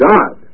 God